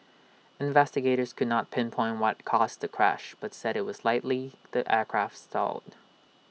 investigators could not pinpoint what caused the crash but said IT was likely that aircraft stalled